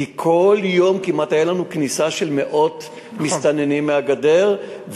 כמעט כל יום הייתה לנו כניסה של מאות מסתננים מהגדר,